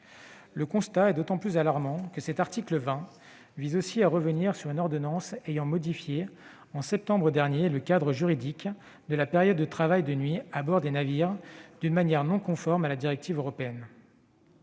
Le constat est d'autant plus alarmant que l'article 20 vise aussi à revenir sur une ordonnance ayant modifié, au mois de septembre dernier, le cadre juridique de la période de travail de nuit à bord des navires d'une manière non conforme à la directive européenne.